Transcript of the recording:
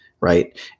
right